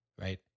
right